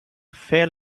fair